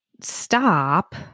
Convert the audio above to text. stop